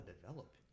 Develop